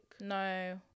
No